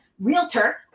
Realtor